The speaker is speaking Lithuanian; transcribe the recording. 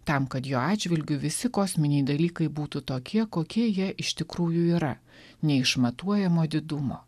tam kad jo atžvilgiu visi kosminiai dalykai būtų tokie kokie jie iš tikrųjų yra neišmatuojamo didumo